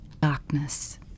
Darkness